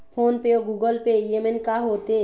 Phone पे अउ Google पे येमन का होते?